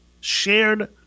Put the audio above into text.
Shared